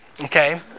Okay